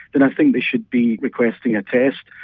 then i think they should be requesting a test.